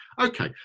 Okay